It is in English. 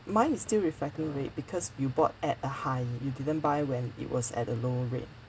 mine is still reflecting rate because you bought at a high you didn't buy when it was at a lower rate